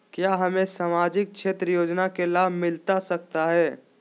क्या हमें सामाजिक क्षेत्र योजना के लाभ मिलता सकता है?